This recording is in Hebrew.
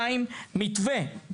דבר נוסף מתווה.